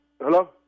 Hello